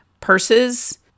purses